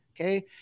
Okay